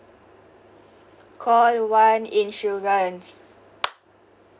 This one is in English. call one insurance